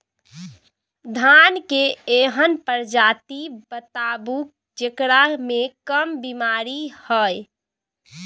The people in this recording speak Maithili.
धान के एहन प्रजाति बताबू जेकरा मे कम बीमारी हैय?